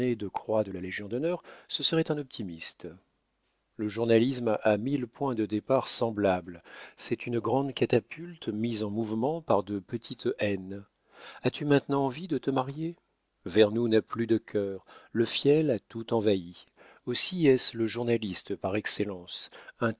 de croix de la légion-d'honneur ce serait un optimiste le journalisme a mille points de départ semblables c'est une grande catapulte mise en mouvement par de petites haines as-tu maintenant envie de te marier vernou n'a plus de cœur le fiel a tout envahi aussi est-ce le journaliste par excellence